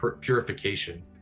purification